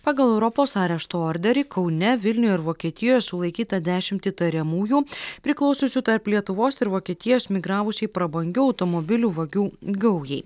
pagal europos arešto orderį kaune vilniuje ir vokietijoje sulaikyta dešimt įtariamųjų priklausiusių tarp lietuvos ir vokietijos migravusiai prabangių automobilių vagių gaujai